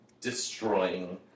destroying